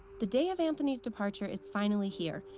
the day of anthony's departure is finally here.